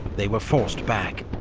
they were forced back.